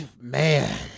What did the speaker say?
man